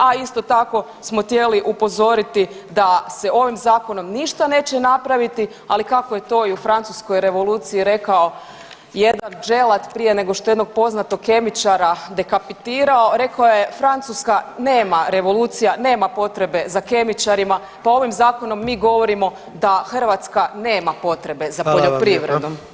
A isto tako smo htjeli upozoriti da se ovim zakonom ništa neće napraviti, ali kako je to i u Francuskoj Revoluciji rekao jedan đelat prije nego što je jednog poznatog kemičara dekapitirao rekao je Francuska nema revolucija nema potrebe za kemičarima, pa ovim zakonom mi govorimo da Hrvatska nema potrebe za poljoprivredom.